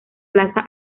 plaza